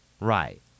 Right